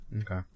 Okay